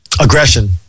aggression